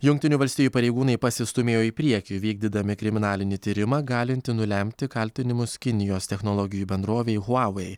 jungtinių valstijų pareigūnai pasistūmėjo į priekį vykdydami kriminalinį tyrimą galintį nulemti kaltinimus kinijos technologijų bendrovei huawei